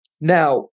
Now